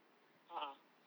a'ah